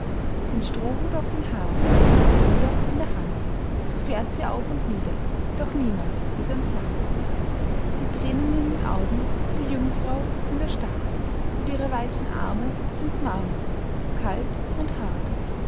den strohhut auf den haaren das ruder in der hand so fährt sie auf und nieder doch niemals bis an's land die tränen in den augen der jungfrau sind erstarrt und ihre weißen arme sind marmor kalt und hart